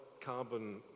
carbon